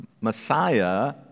Messiah